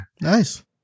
Nice